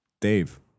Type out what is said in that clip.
Dave